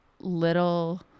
little